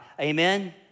amen